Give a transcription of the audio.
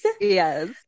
Yes